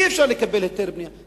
אי-אפשר לקבל היתר בנייה,